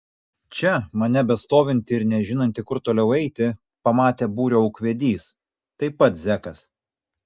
čia mane bestovintį ir nežinantį kur toliau eiti pamatė būrio ūkvedys taip pat zekas